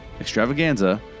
extravaganza